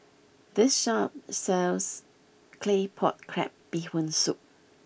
this shop sells Claypot Crab Bee Hoon Soup